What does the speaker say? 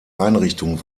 einrichtung